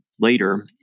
later